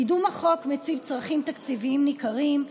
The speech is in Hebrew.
קידום החוק מציב צרכים תקציביים ניכרים,